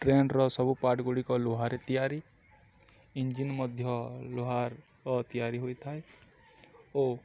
ଟ୍ରେନ୍ର ସବୁ ପାର୍ଟଗୁଡ଼ିକ ଲୁହାରେ ତିଆରି ଇଞ୍ଜିନ୍ ମଧ୍ୟ ଲୁହାର ତିଆରି ହୋଇଥାଏ ଓ